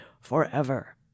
forever